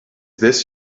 this